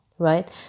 Right